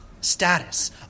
status